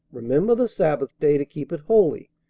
remember the sabbath day to keep it holy.